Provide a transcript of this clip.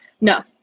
No